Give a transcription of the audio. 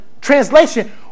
translation